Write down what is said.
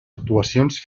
actuacions